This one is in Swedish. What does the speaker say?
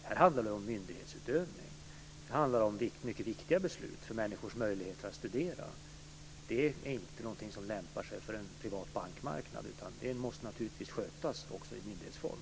Här handlar det om myndighetsutövning. Det handlar om mycket viktiga beslut för människors möjligheter att studera. Det är inte någonting som lämpar sig för en privat bankmarknad utan det måste skötas i myndighetsform.